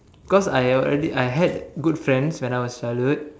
cause I already I had good friends when I was childhood